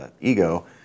ego